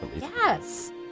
Yes